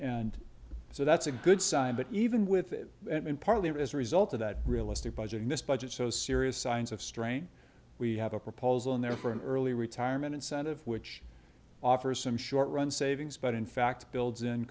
and so that's a good sign but even with that and partly it is a result of that realistic budget in this budget so serious signs of strain we have a proposal in there for an early retirement incentive which offers some short run savings but in fact builds in